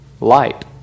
light